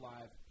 Live